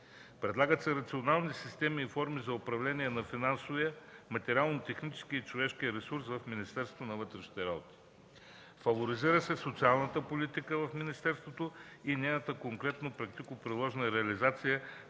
Предлагат се рационални системи и форми за управление на финансовия, материално-техническия и човешкия ресурс в Министерството на вътрешните работи. Фаворизира се социалната политика в министерството и нейната конкретна практико-приложна реализация